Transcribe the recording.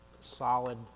solid